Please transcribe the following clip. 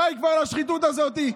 די כבר לשחיתות הזאת.